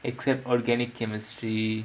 except organic chemistry